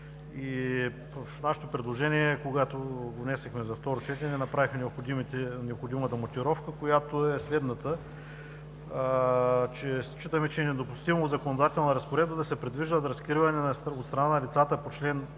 В нашето предложение, когато го внесохме за второ четене, направихме необходимата мотивировка, която е следната: считаме, че е недопустимо в законодателна разпоредба да се предвижда разкриване от страна на лицата по чл.